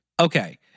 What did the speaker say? Okay